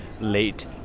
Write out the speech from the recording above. late